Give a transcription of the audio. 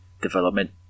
development